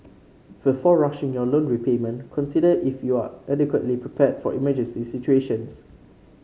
before rushing your loan repayment consider if you are adequately prepared for emergency situations